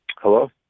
Hello